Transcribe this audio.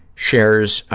shares,